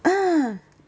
ah